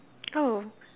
oh